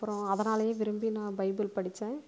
அப்புறம் அதனாலையே விரும்பி நான் பைபிள் படித்தேன்